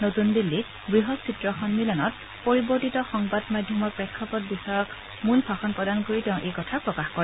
নতুন দিল্লীত বৃহৎ চিত্ৰ সম্মিলনত পৰিৱৰ্তিত সংবাদমাধ্যমৰ প্ৰেক্ষাপট বিষয়ত মূল ভাষণ প্ৰদান কৰি তেওঁ কথা প্ৰকাশ কৰে